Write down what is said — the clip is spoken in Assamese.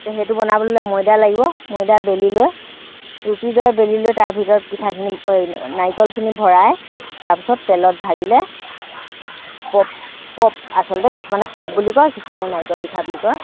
তে সেইটো বনাবলৈ হ'লে ময়দা লাগিব ময়দা বেলি লৈ ৰুটিৰ দৰে বেলি লৈ তাৰ ভিতৰত পিঠাখিনি এই নাৰিকলখিনি ভৰাই তাৰপিছত তেলত ভাজিলে পপ পপ আচলতে কিছুমানে পপ বুলি কয় কিছুমানে নাৰিকল পিঠা বুলি কয়